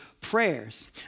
prayers